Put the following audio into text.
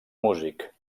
músic